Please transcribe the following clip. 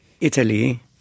Italy